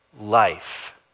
life